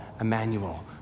Emmanuel